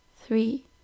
three